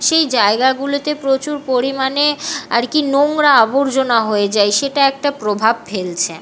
সেই জায়গাগুলিতে প্রচুর পরিমাণে আর কি নোংরা আবর্জনা হয়ে যায় সেটা একটা প্রভাব ফেলছে